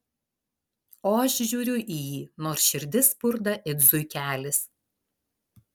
o aš žiūriu į jį nors širdis spurda it zuikelis